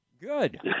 Good